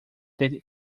del